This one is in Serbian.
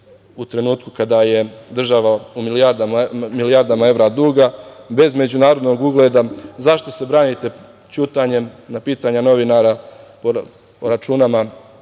u trenutku kada je država u milijardama evra duga bez međunarodnog ugleda, zašto se branite ćutanjem na pitanja novinara o računima